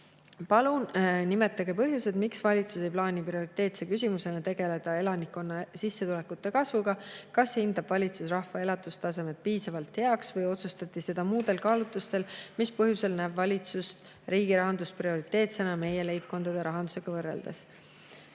"Palun nimetage põhjused[,] miks valitsus ei plaani prioriteetse küsimusena tegeleda elanikkonna sissetulekute kasvuga. Kas hindab valitsus rahva elatustase[t] piisavalt heaks või otsustati seda muudel kaalutlustel? Mis põhjusel näeb valitsus riigirahandust prioriteetsena meie leibkondade rahandusega võrreldes?"